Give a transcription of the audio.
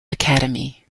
academy